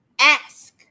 Ask